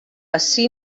ací